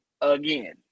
again